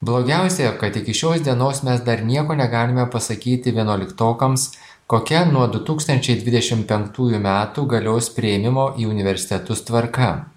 blogiausia kad iki šios dienos mes dar nieko negalime pasakyti vienuoliktokams kokia nuo du tūkstančiai dvidešim penktųjų metų galios priėmimo į universitetus tvarka